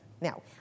Now